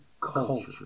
culture